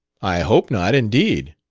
i hope not, indeed,